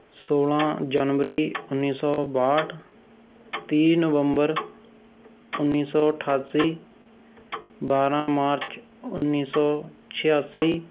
ਸੋਲ੍ਹਾਂ ਜਨਵਰੀ ਉੱਨੀ ਸੌ ਬਾਹਠ ਤੀਹ ਨਵੰਬਰ ਉੱਨੀ ਸੌ ਅਠਾਸੀ ਬਾਰਾਂ ਮਾਰਚ ਉੱਨੀ ਸੌ ਛਿਆਸੀ